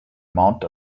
amount